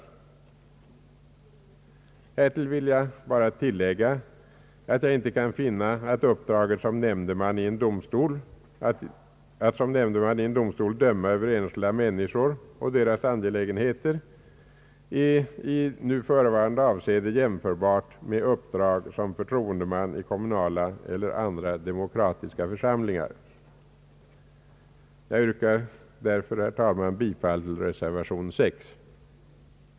Härtill vill jag endast tillägga, att jag inte kan finna att uppdraget att som nämndeman i en domstol döma över enskilda människor och deras angelägenheter är i nu förevarande avseende jämförbart med uppdrag som förtroendeman i kommunala eller andra demokratiska församlingar. Jag yrkar därför, herr talman, bifall till reservation 6.